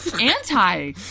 Anti